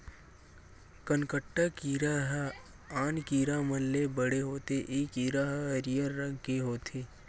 कनकट्टा कीरा ह आन कीरा मन ले बड़े होथे ए कीरा ह हरियर रंग के होथे